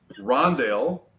Rondale